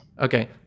Okay